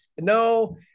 No